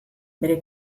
bere